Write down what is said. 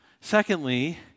Secondly